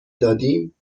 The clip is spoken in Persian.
دادیم